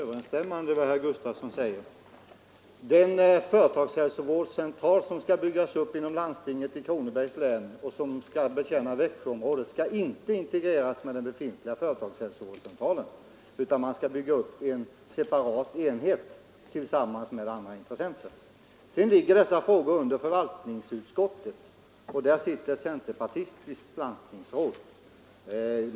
Herr talman! Vad herr Gustavsson i Alvesta säger är inte med sanningen överensstämmande. Den företagshälsovårdscentral som skall byggas upp inom landstinget i Kronobergs län och som skall betjäna Växjöområdet skall inte integreras med den befintliga företagshälsovårdscentralen, utan man skall bygga upp en separat enhet tillsammans med andra intressenter. Sedan ligger dessa frågor under förvaltningsutskottet, och där sitter ett centerpartistiskt landstingsråd.